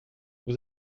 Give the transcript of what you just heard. vous